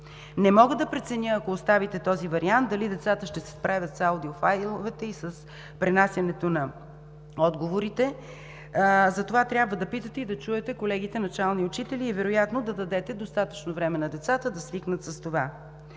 Не мога да преценя, ако оставите този вариант, дали децата ще се справят с аудиофайловете и с пренасянето на отговорите. За това трябва да питате и да чуете колегите начални учители и вероятно да дадете достатъчно време на децата да свикнат с това.